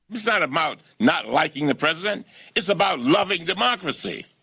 it's not about not liking the president it's about loving democracy.